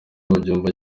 babyumva